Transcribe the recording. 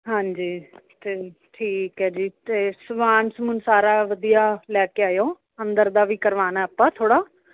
ਹਾਂਜੀ ਅਤੇ ਠੀਕ ਹੈ ਜੀ ਅਤੇ ਸਮਾਨ ਸਮੂਨ ਸਾਰਾ ਵਧੀਆ ਲੈ ਕੇ ਆਇਓ ਅੰਦਰ ਦਾ ਵੀ ਕਰਵਾਉਣਾ ਆਪਾਂ ਥੋੜ੍ਹਾ